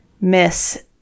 miss